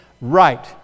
right